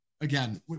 again